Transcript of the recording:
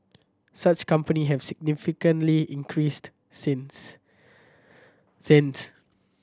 such company have significantly increased since since